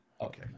Okay